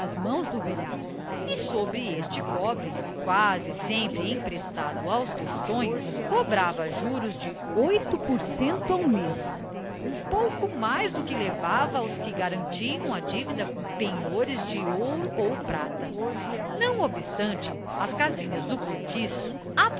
mãos do velhaco e sobre este cobre quase sempre emprestado aos tostões cobrava juros de oito por cento ao mês um pouco mais do que levava aos que garantiam a divida com penhores de ouro ou prata não obstante as casinhas do cortiço